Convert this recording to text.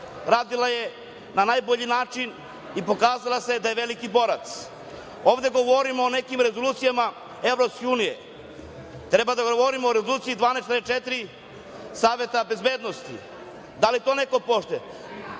radila je najbolji način i pokazala se da je veliki borac. Ovde govorimo o nekim rezolucijama EU. Treba da govorimo o Rezoluciji 1244 Saveta bezbednosti. Da li to neko poštuje?